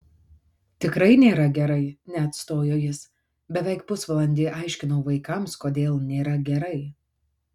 tikrai nėra gerai neatstojo jis beveik pusvalandį aiškinau vaikams kodėl nėra gerai